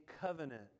covenant